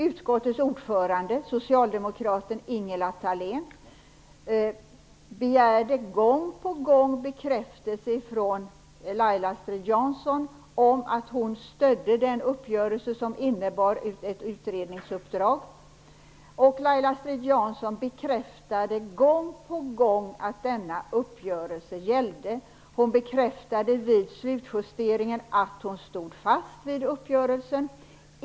Utskottsordföranden, socialdemokraten Ingela Thalén, begärde gång på gång bekräftelse på att Laila Strid-Jansson stödde den uppgörelse som innebar ett utredningsuppdrag, och Laila Strid-Jansson bekräftade också gång på gång att denna uppgörelse gällde. Hon bekräftade vid slutjusteringen att hon stod fast vid uppgörelsen.